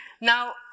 Now